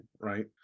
right